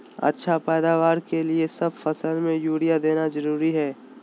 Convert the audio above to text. अच्छा पैदावार के लिए सब फसल में यूरिया देना जरुरी है की?